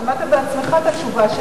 שמעת בעצמך את התשובה,